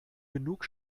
genug